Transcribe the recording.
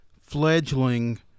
fledgling